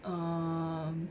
um